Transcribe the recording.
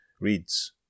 reads